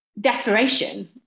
desperation